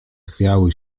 chwiały